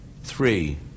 three